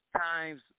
times